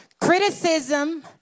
criticism